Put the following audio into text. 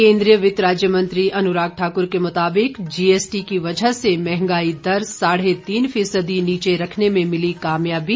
केंद्रीय वित्त राज्य मंत्री अनुराग ठाकुर के मुताबिक जीएसटी की वजह से महंगाई दर साढ़े तीन फीसदी नीचे रखने में मिली कामयाबी